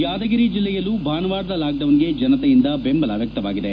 ಯಾದಗರಿ ಜಿಲ್ಲೆಯಲ್ಲೂ ಭಾನುವಾರದ ಲಾಕ್ಡೌನ್ಗೆ ಜನತೆಯಿಂದ ಬೆಂಬಲ ವ್ಯಕ್ತವಾಗಿದೆ